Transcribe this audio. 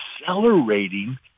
accelerating